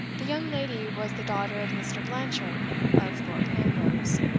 the young lady was the daughter of mr. blanchard, of thorpe ambrose.